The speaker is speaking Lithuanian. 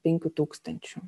penkių tūkstančių